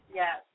yes